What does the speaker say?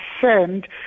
send